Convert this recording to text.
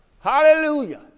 Hallelujah